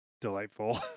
delightful